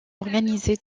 organisée